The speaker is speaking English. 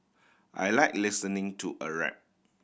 I like listening to a rap